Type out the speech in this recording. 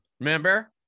Remember